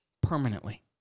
permanently